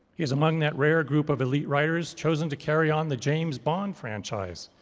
is among that rare group of elite writers chosen to carry on the james bond franchise.